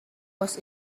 was